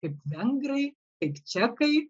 kaip vengrai kaip čekai